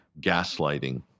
gaslighting